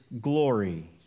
glory